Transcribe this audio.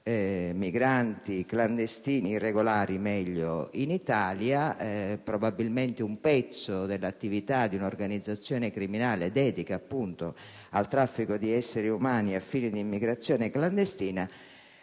migranti clandestini o, meglio, irregolari in Italia: probabilmente un pezzo dell'attività di un'organizzazione criminale dedita al traffico di esseri umani al fine di immigrazione clandestina.